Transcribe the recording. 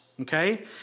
Okay